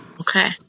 Okay